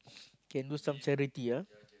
can do some charity ah